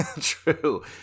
True